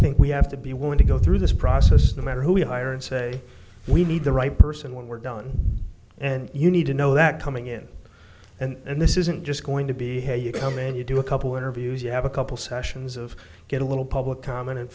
think we have to be willing to go through this process no matter who we hire and say we need the right person when we're done and you need to know that coming in and this isn't just going to be hey you come in you do a couple interviews you have a couple sessions of get a little public com